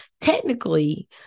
technically